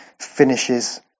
finishes